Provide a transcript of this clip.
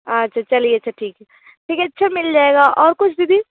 अच्छा चलिए अच्छा ठीक है ठीक है अच्छा मिल जाएगा और कुछ दीदी